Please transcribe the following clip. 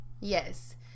yes